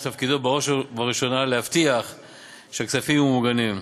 שתפקידו בראש ובראשונה להבטיח שהכספים יהיו מוגנים.